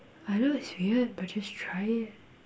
I know it's weird but just try it